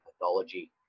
pathology